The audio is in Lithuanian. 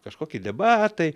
kažkokie debatai